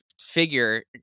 figure